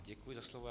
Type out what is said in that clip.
Děkuji za slovo.